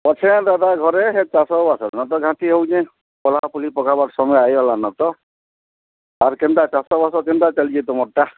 ଅଛେ ହେଁ ଦାଦା ଘରେ ହେ ଚାଷବାସରେ ତ ଘାଣ୍ଟି ହେଉଛେ ତଲା ତୁଲି ପକାଇବାର୍ ସମୟ ଆଇ ଗଲାନ୍ ନାତ ଆର୍ କେନ୍ତା ଚାଷବାସ କେନ୍ତା ଚାଲିଛି ତୁମର୍ ଟା